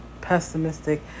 pessimistic